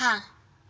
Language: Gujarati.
હા